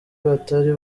batari